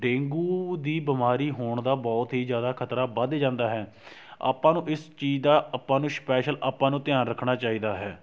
dengue ਦੀ ਬਿਮਾਰੀ ਹੋਣ ਦਾ ਬਹੁਤ ਹੀ ਜ਼ਿਆਦਾ ਖ਼ਤਰਾ ਵੱਧ ਜਾਂਦਾ ਹੈ ਆਪਾਂ ਨੂੰ ਇਸ ਚੀਜ਼ ਦਾ ਆਪਾਂ ਨੂੰ ਸਪੈਸ਼ਲ ਆਪਾਂ ਨੂੰ ਧਿਆਨ ਰੱਖਣਾ ਚਾਹੀਦਾ ਹੈ